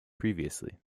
previously